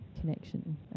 connection